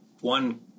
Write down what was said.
one